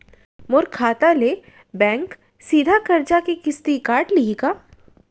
मोर खाता ले बैंक सीधा करजा के किस्ती काट लिही का?